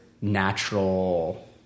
natural